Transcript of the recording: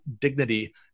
dignity